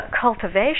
cultivation